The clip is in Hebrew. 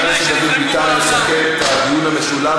חבר הכנסת דוד ביטן יסכם את הדיון המשולב,